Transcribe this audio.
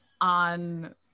on